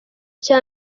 cya